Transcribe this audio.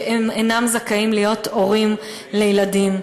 שהם אינם זכאים להיות הורים לילדים.